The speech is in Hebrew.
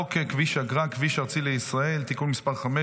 כביש אגרה (כביש ארצי לישראל) (תיקון מס' 5),